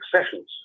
sessions